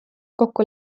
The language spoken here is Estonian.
kokku